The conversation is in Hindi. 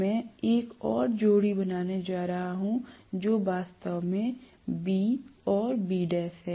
मैं एक और जोड़ी बनाने जा रहा हूं जो वास्तव में B और Bl हैं